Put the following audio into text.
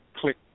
click